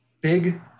Big